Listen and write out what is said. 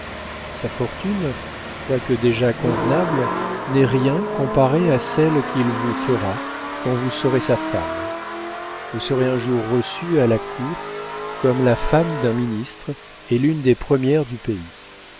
sa fortune quoique déjà convenable n'est rien comparée à celle qu'il vous fera quand vous serez sa femme vous serez un jour reçue à la cour comme la femme d'un ministre et l'une des premières du pays